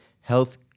health